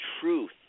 truth